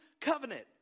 covenant